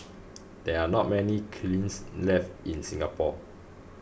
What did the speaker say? there are not many kilns left in Singapore